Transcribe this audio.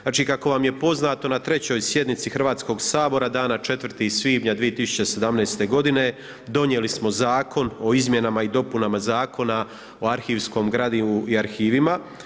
Znači kako vam je poznato na trećoj sjednici Hrvatskog sabora dana 4. svibnja 2017. godine donijeli smo Zakon o izmjenama i dopunama Zakona o arhivskom gradivu i arhivima.